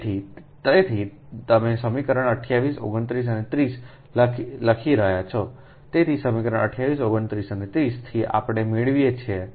તેથી તેથી તમે સમીકરણ 28 29 અને 30 તેથી લખી રહ્યા છો તેથી સમીકરણ 28 29 અને 30 થી આપણે મેળવીએ છીએ